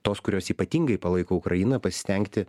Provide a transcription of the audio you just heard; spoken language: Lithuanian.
tos kurios ypatingai palaiko ukrainą pasistengti